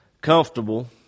comfortable